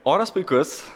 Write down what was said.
oras puikus